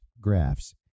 graphs